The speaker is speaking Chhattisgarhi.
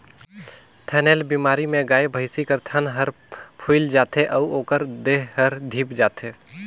थनैल बेमारी में गाय, भइसी कर थन हर फुइल जाथे अउ ओखर देह हर धिप जाथे